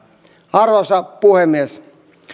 arvoisa puhemies suomi